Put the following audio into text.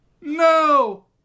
No